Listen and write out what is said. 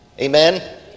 Amen